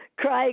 Craig